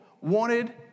wanted